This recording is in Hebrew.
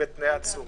ובתנאי עצורים.